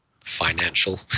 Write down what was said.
financial